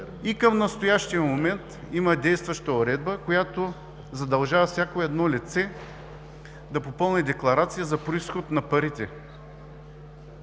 И към настоящия момент има действаща уредба, която задължава всяко едно лице да попълни декларация за произход на парите.